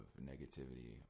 negativity